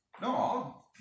No